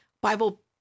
Bible